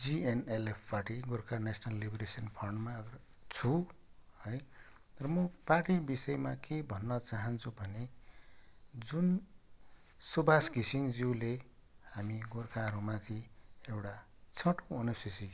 GNLF party Gorkha national liberation फन्टमा छु है र म पार्टी विषयमा के भन्न चहान्छु भने जुन सुबास घिसिङज्यूले हामी गोर्खाहरूमाथि एउटा छैटौँ अनुसुचि